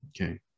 okay